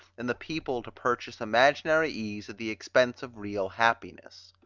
and the people to purchase imaginary ease, at the expense of real happiness.